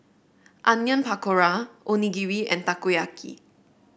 Onion Pakora Onigiri and Takoyaki